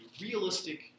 realistic